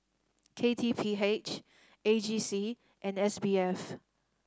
K T P H A G C and S B F